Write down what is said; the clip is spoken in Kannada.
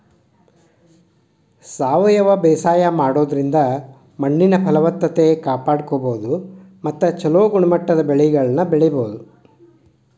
ಸಾವಯವ ಬೇಸಾಯ ಮಾಡೋದ್ರಿಂದ ಮಣ್ಣಿನ ಫಲವತ್ತತೆ ಕಾಪಾಡ್ಕೋಬೋದು ಮತ್ತ ಚೊಲೋ ಗುಣಮಟ್ಟದ ಬೆಳೆಗಳನ್ನ ಬೆಳಿಬೊದು